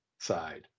side